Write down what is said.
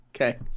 Okay